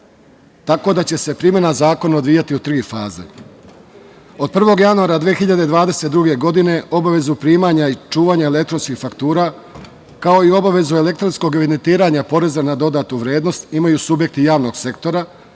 tako da će se primena zakona odvijati u tri faze. Od 1. januara 2022. godine obavezu primanja i čuvanja elektronskih faktura, kao i obavezu elektronskog evidentiranja poreza na dodatu vrednost imaju subjekti javnog sektora,